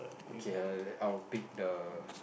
okay err I'll pick the